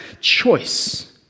choice